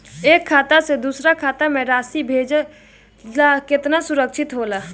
एक खाता से दूसर खाता में राशि भेजल केतना सुरक्षित रहेला?